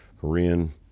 Korean